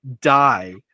die